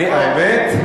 הוא רוצה לגמור, לא.